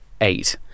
eight